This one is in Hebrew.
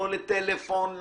לא לטלפון,